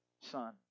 son